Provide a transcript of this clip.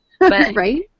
right